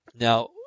Now